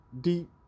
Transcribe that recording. deep